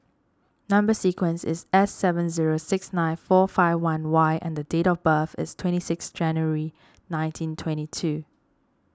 Number Sequence is S seven zero six nine four five one Y and date of birth is twenty six January nineteen twenty two